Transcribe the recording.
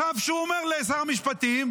צו שבו הוא אומר לשר המשפטים: